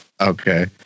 Okay